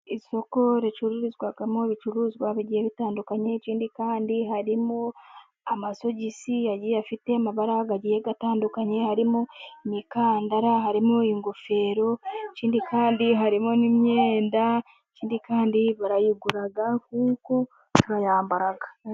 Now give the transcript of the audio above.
Isoko ricururizwamo ibicuruzwa bigiye bitandukanye, kandi harimo amasogisi agiye afite amabara agiye atandukanye, harimo imikandara, harimo ingofero, ikindi kandi harimo n'imyenda, ikindi kandi barayigura kuko bayambara.